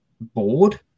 bored